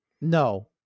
No